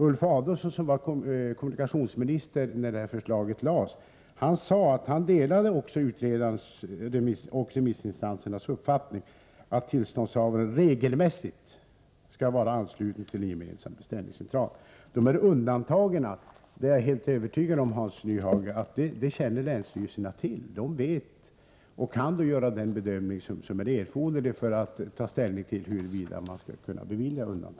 Ulf Adelsohn, som var kommunikationsminister då förslaget lades fram, sade att han delade utredarnas och remissinstansernas uppfattning att tillståndshavaren regelmässigt skall vara ansluten till en gemensam beställningscentral. Jag är, Hans Nyhage, helt övertygad om att länsstyrelserna känner till undantagen och kan göra den bedömning som är erforderlig när det gäller att ta ställning till huruvida undantag skall beviljas.